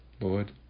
Lord